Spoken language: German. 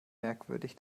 merkwürdig